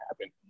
happen